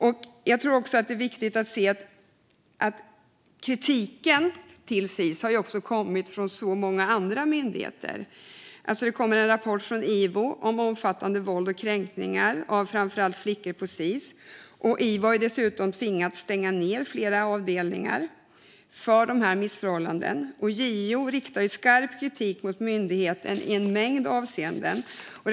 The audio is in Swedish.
Det är viktigt att se att kritiken mot Sis också har kommit från många andra myndigheter. Det kommer en rapport från Ivo om omfattande våld och kränkningar mot framför allt flickor på Sis. Ivo har dessutom tvingats stänga ned flera avdelningar på grund av dessa missförhållanden. JO riktar skarp kritik mot myndigheten i en mängd avseenden.